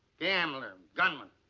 gambler, gunman.